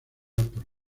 por